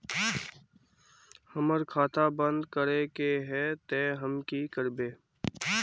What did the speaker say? हमर खाता बंद करे के है ते हम की करबे?